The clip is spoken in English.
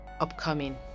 upcoming